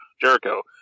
Jericho